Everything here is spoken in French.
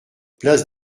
place